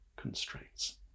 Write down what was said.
constraints